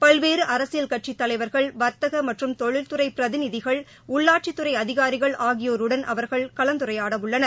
பல்வேறுஅரசியல் கட்சித் தலைவா்கள் வா்த்தகமற்றும் தொழில் துறைபிரதிநிதிகள் உள்ளாட்சித் துறைஅதிகாரிகள் ஆகியோருடன் அவர்கள் கலந்துரையாடவுள்ளனர்